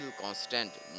constant